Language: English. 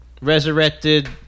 resurrected